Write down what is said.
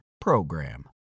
PROGRAM